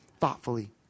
thoughtfully